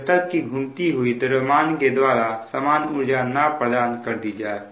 जब तक की घूमती हुई द्रव्यमान के द्वारा समान ऊर्जा ना प्रदान कर दी जाए